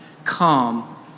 come